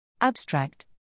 Abstract